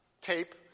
tape